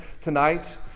tonight